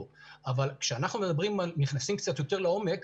אבל כשאנחנו נכנסים קצת יותר לעומק,